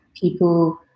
people